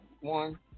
one